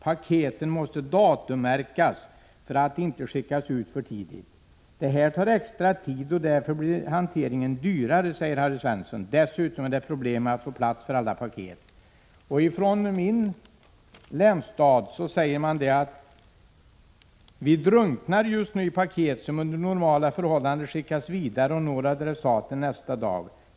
Paketen måste datummärkas för att inte skickas ut för tidigt.” Vidare säger Harry Svensson: ”Det här tar extra tid och därför blir hanteringen dyrare ———-. Dessutom är det problem med att få plats för alla paket.” I min länsstad säger man bl.a. följande: ”Vi drunknar just nu i paket, som under normala förhållanden skickas vidare och når adressaten nästa dag.